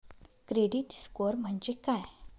Credit score म्हणजे काय?